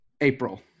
April